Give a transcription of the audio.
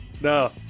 no